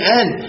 end